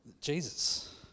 Jesus